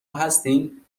هستین